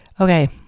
Okay